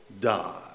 die